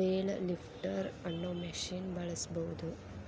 bale lifter ಅನ್ನೋ machine ಬಳಸ್ಬಹುದು